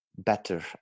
better